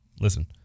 Listen